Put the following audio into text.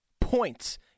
points